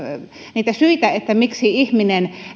niitä syitä miksi ihminen